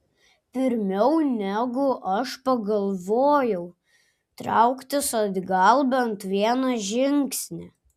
pirmiau negu aš pagalvojau trauktis atgal bent vieną žingsnį